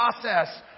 process